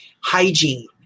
hygiene